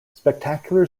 spectacular